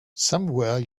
somewhere